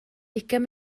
ugain